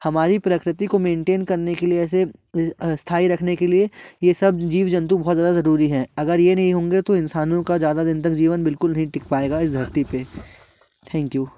क्योंकि हमारी प्रकृति को मेंटेन करने के लिए ऐसे स्थाई रखने के लिए यह सब जीव जंतु बहुत ज़्यादा जरूरी है अगर यह नहीं होंगे तो इंसानों का ज़्यादा दिन तक जीवन बिलकुल नहीं टिक पाएगा इस धरती पे थैंक्यू